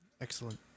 Excellent